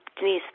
Denise